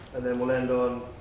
and then we'll land on,